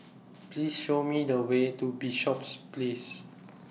Please Show Me The Way to Bishops Place